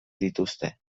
dituzte